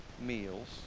meals